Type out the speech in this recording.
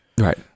right